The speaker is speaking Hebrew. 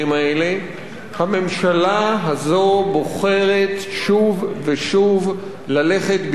הממשלה הזאת בוחרת שוב ושוב ללכת בדיוק בכיוון ההפוך.